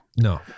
No